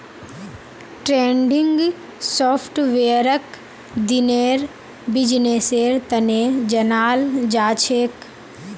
trending सॉफ्टवेयरक दिनेर बिजनेसेर तने जनाल जाछेक